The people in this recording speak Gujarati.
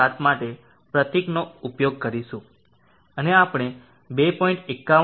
7 માટે પ્રતીકનો ઉપયોગ કરીશું અને આપણે 2